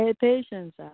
Patience